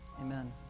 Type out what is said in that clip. Amen